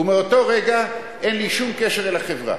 ומאותו רגע אין לי שום קשר לחברה.